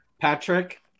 Patrick